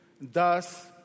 Thus